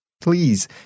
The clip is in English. Please